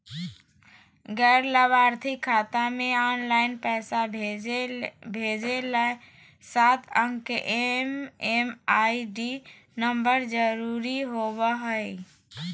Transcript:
गैर लाभार्थी खाता मे ऑनलाइन पैसा भेजे ले सात अंक के एम.एम.आई.डी नम्बर जरूरी होबय हय